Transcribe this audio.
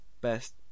best